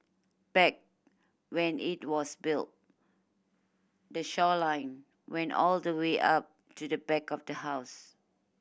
back when it was built the shoreline went all the way up to the back of the house